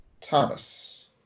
Thomas